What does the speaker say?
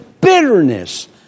bitterness